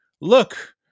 Look